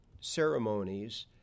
ceremonies